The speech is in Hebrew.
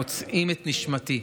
פוצעים את נשמתי.